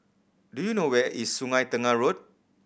do you know where is Sungei Tengah Road